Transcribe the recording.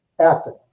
Acting